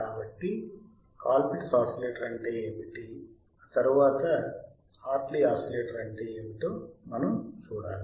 కాబట్టి తరువాత Colpitts oscillator అంటే ఏమిటి మరియు హార్ట్లీ ఆసిలేటర్ అంటే ఏమిటో మనం చూడాలి